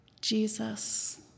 Jesus